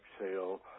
exhale